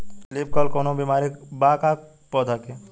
Leaf curl कौनो बीमारी बा का पौधा के?